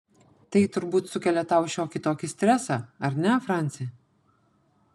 tai turbūt sukelia tau šiokį tokį stresą ar ne franci